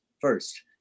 first